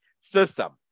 system